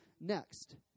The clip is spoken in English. next